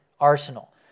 arsenal